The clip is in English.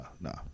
No